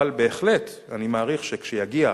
אבל בהחלט, אני מעריך שכשיגיע